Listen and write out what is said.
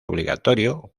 obligatorio